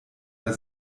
bei